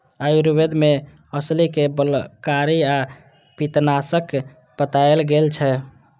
आयुर्वेद मे अलसी कें बलकारी आ पित्तनाशक बताएल गेल छै